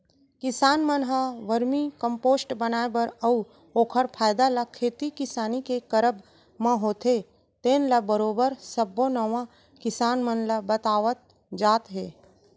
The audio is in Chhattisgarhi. किसान मन ह वरमी कम्पोस्ट बनाए बर अउ ओखर फायदा ल खेती किसानी के करब म होथे तेन ल बरोबर सब्बो नवा किसान मन ल बतावत जात हे